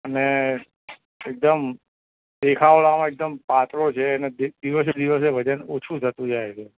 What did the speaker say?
અને એકદમ દેખાવમાં એકદમ પાતળો છે ને દિવસે દિવસે વજન ઓછું થતું જાય છે